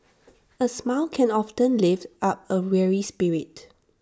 A smile can often lift up A weary spirit